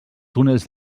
túnels